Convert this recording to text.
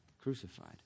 crucified